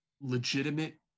legitimate